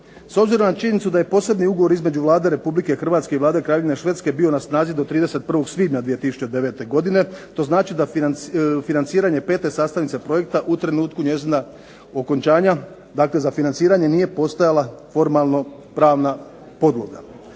S obzirom na činjenicu da je posebni ugovor između Vlade Republike Hrvatske i Vlade Kraljevine Švedske bio na snazi bio na snazi do 31. svibnja 2009. godine, to znači da financiranje pete sastavnice projekta u trenutku njezina okončanja, dakle za financiranje nije postojala formalnopravna podloga.